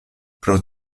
pro